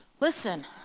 Listen